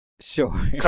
Sure